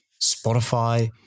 Spotify